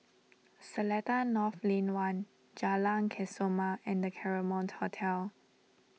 Seletar North Lane one Jalan Kesoma and the Claremont Hotel